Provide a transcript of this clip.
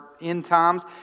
end-times